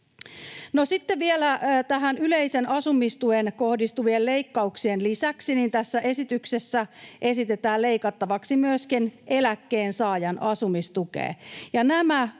Sitten vielä tähän yleiseen asumistukeen kohdistuvien leikkauksien lisäksi tässä esityksessä esitetään leikattavaksi myöskin eläkkeensaajan asumistukea.